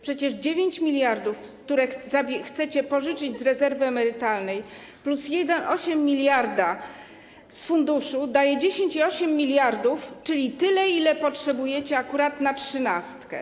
Przecież 9 mld, które chcecie pożyczyć z rezerwy emerytalnej, plus 1,8 mld z funduszu daje 10,8 mld, czyli tyle, ile potrzebujecie akurat na trzynastkę.